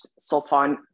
sulfon